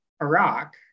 Iraq